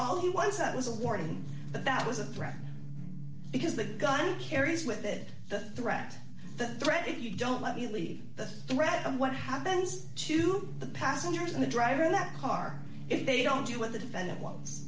who was that as a warning that that was a threat because the gun carries with it the threat the threat if you don't let me leave the threat and what happens to the passengers and the driver in that car if they don't do what the defendant